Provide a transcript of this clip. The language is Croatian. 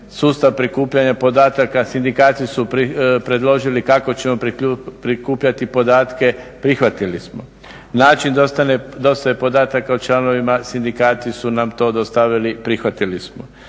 sustav prikupljanja podataka sindikati su predložili kako ćemo prikupljati podatke, prihvatili smo. Način da ostane podataka o članovima sindikati su nam to dostavili, prihvatili smo.